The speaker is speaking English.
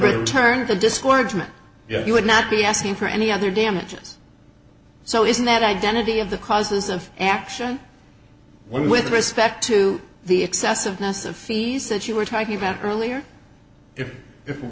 return to discouragement you would not be asking for any other damages so isn't that identity of the causes of action one with respect to the excessiveness of fees that you were talking about earlier if if it